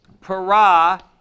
para